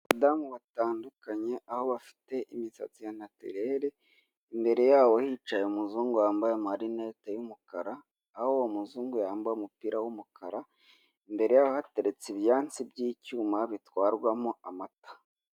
Abadamu batandukanye aho bafite imisatsi ya natirere, imbere yabo hicaye umuzungu wambaye marinete y'umukara, aho uwo umuzungu yambaye umupira w'umukara imbere hateretse ibyansi by'icyuma bitwarwamo amata.